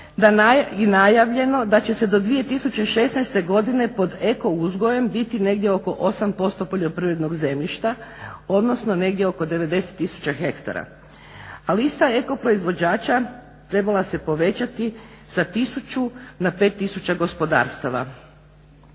i najavljeno da će se do 2016.godine pod eko uzgojem biti negdje oko 8% poljoprivrednog zemljišta odnosno negdje oko 90 tisuća hektara. A lista eko proizvođača trebala se povećati sa tisuću na 5 tisuća gospodarstava.